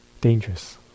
dangerous